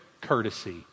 courtesy